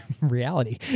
reality